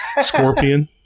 scorpion